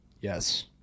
Yes